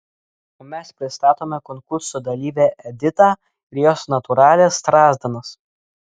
o mes pristatome konkurso dalyvę editą ir jos natūralias strazdanas